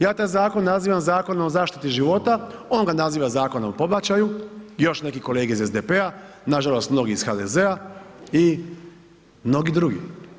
Ja taj zakon nazivam zakon o zaštiti života, on ga naziva zakon o pobačaju i još neki kolege iz SDP-a, nažalost mnogi iz HDZ-a i mnogi drugi.